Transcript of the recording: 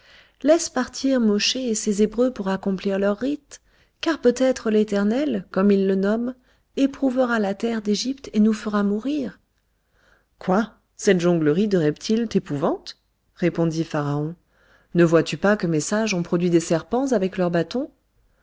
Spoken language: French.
laisse partir mosché et ses hébreux pour accomplir leurs rites car peut-être l'éternel comme ils le nomment éprouvera la terre d'égypte et nous fera mourir quoi cette jonglerie de reptiles t'épouvante répondit pharaon ne vois-tu pas que mes sages ont produit des serpents avec leurs bâtons